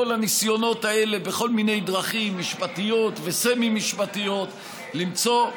כל הניסיונות האלה בכל מיני דרכים משפטיות וסמי-משפטיות למצוא,